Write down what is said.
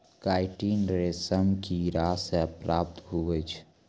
chitin रेशम किड़ा से प्राप्त हुवै छै